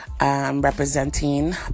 representing